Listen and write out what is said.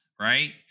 right